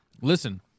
Listen